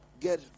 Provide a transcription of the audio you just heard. get